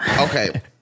Okay